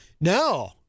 No